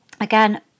again